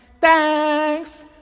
Thanks